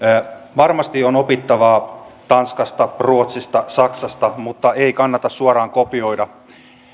varmasti on opittavaa tanskasta ruotsista saksasta mutta ei kannata suoraan kopioida